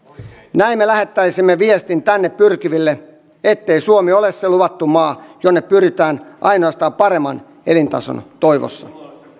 näin me lähettäisimme viestin tänne pyrkiville ettei suomi ole se luvattu maa jonne pyritään ainoastaan paremman elintason toivossa